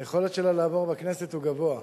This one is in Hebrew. היכולת שלה לעבור בכנסת היא גבוהה.